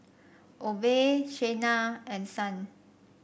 Obe Shayna and Son